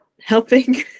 helping